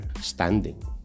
standing